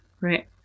right